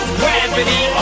gravity